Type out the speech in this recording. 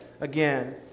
again